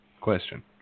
Question